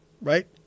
right